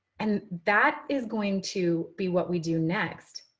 and that is going to be what we do next,